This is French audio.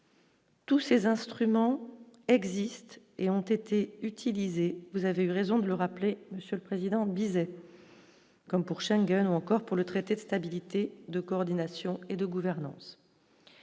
Tous ces instruments existent et ont été utilisés, vous avez eu raison de le rappeler, Monsieur le Président, Bizet comme pour Schengen ou encore pour le traité de stabilité, de coordination et de gouvernance,